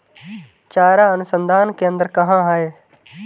चारा अनुसंधान केंद्र कहाँ है?